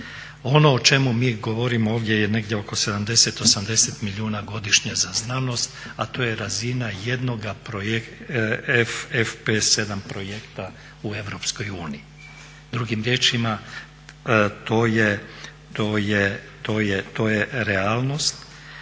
Ono o čemu mi govorimo ovdje je negdje oko 70, 80 milijuna godišnje za znanost, a to je razina jednoga FP7 projekta u EU. Drugim riječima to je realnost.